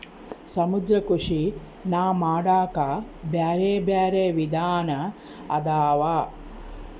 ಸಮುದ್ರ ಕೃಷಿನಾ ಮಾಡಾಕ ಬ್ಯಾರೆ ಬ್ಯಾರೆ ವಿಧಾನ ಅದಾವ